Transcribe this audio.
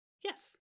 Yes